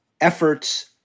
efforts